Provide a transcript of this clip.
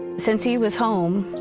since he was home,